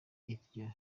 iryo